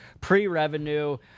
pre-revenue